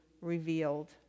revealed